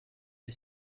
you